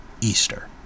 Easter